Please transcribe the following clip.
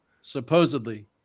Supposedly